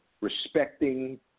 respecting